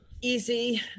easy